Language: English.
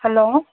hello